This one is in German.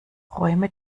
räum